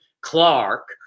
Clark